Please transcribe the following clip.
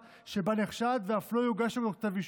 שבה נחשד ואף לא יוגש נגדו כתב אישום.